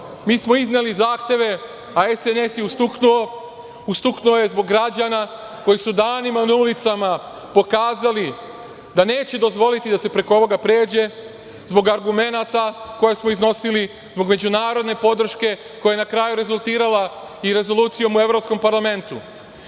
mi smo izneli zahteve, a SNS je ustuknuo, ustuknuo je zbog građana koji su danima na ulicama pokazali da neće dozvoliti da se preko ovoga pređe, zbog argumenata koje smo iznosili, zbog međunarodne podrške koja je na kraju rezultirala i rezolucijom u Evropskom parlamentu. Sve